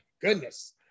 goodness